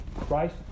Christ